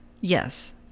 Yes